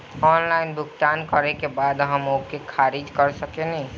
Online भुगतान करे के बाद हम ओके खारिज कर सकेनि?